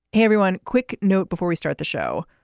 hey, everyone. quick note before we start the show,